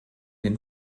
den